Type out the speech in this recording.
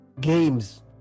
games